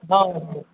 हँ